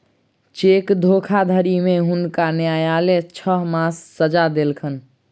cheque धोखाधड़ी में हुनका न्यायलय छह मासक सजा देलकैन